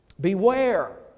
Beware